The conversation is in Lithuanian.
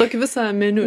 duok visą meniu